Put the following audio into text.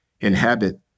inhabit